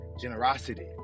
Generosity